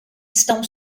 estão